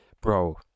Bro